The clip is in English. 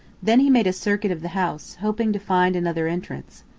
then he made a circuit of the house, hoping to find another entrance.